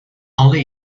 only